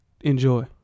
Enjoy